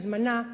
בזמנה,